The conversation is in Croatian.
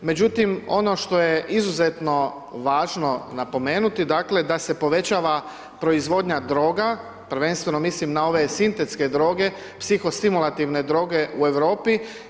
Međutim ono što je izuzetno važno napomenuti dakle da se povećava proizvodnja droga, prvenstveno mislim na ove sintetske droge, psihosimulativne droge u Europi.